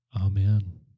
Amen